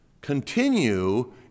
continue